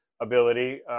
ability